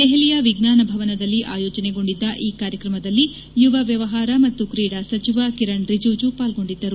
ದೆಹಲಿಯ ವಿಜ್ಞಾನ ಭವನದಲ್ಲಿ ಆಯೋಜನೆಗೊಂಡಿದ್ದ ಈ ಕಾರ್ಯಕ್ರಮದಲ್ಲಿ ಯುವ ವ್ಯವಹಾರ ಮತ್ತು ಕ್ರೀಡಾ ಸಚಿವ ಕಿರಣ್ ರಿಜುಜು ಪಾಲ್ಗೊಂಡಿದ್ದರು